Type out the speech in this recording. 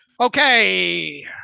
Okay